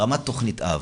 ברמת תכנית אב,